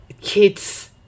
kids